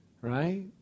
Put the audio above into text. right